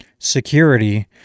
security